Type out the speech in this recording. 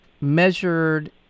measured